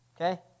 Okay